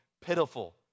pitiful